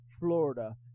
Florida